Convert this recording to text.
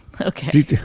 okay